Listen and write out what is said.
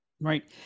right